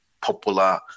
popular